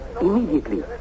immediately